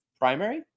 Primary